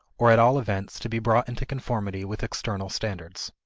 or at all events to be brought into conformity with external standards.